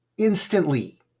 instantly